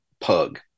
pug